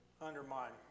undermine